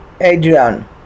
Adrian